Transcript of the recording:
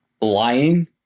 lying